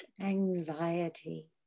anxiety